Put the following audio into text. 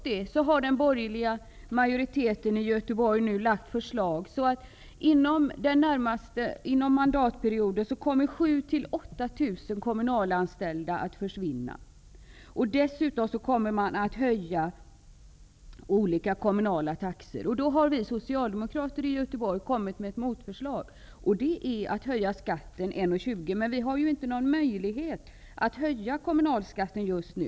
Ändå har den borgerliga majoriteten i Göteborg lagt fram förslag som innebär att 7 000--8 000 kommunalanställdas jobb kommer att försvinna under den här mandatperioden. Dessutom kommer olika kommunala taxor att höjas. Vi socialdemokrater i Göteborg har kommit med ett motförslag. Det handlar om att höja kommunalskatten med 1:20. Men vi har inte någon möjlighet att höja den just nu.